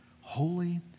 Holy